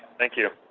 thank you.